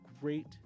great